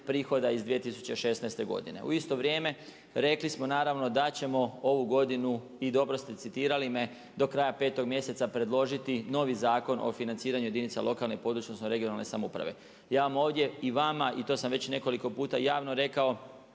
prihoda iz 2016. godine. U isto vrijeme rekli smo da ćemo ovu godinu i dobro ste me citirali, do kraja petog mjeseca predložiti novi Zakon o financiranju jedinica lokalne (regionalne) i područne samouprave. Ja vam ovdje i vama i to sam već nekoliko puta javno rekao